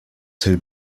two